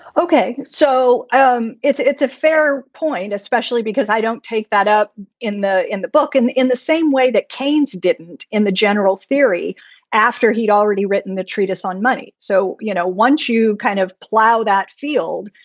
ok. so um it's it's a fair point, especially because i don't take that up in the in the book and in the same way that kanes didn't in the general theory after he'd already written the treatise on money. so, you know, once you kind of plow that field,